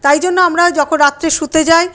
তাই জন্য আমরা যখন রাত্রে শুতে যাই